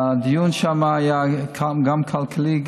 הדיון שם היה גם כלכלי,